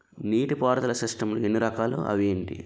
నీటిపారుదల సిస్టమ్ లు ఎన్ని రకాలు? అవి ఏంటి?